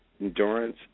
endurance